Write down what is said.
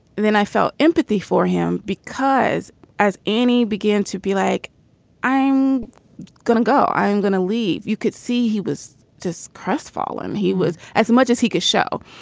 then i felt empathy for him because as any began to be like i'm going to go i'm going to leave. you could see he was just crestfallen. he was as much as he could show.